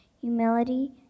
humility